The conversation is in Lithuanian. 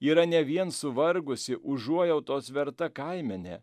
yra ne vien suvargusi užuojautos verta kaimenė